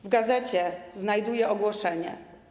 W gazecie znajduje ogłoszenie.